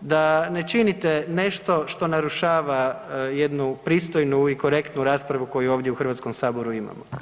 da ne činite nešto što narušava jednu pristojnu i korektnu raspravu koju ovdje u HS-u imamo.